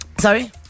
Sorry